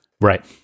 Right